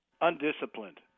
Undisciplined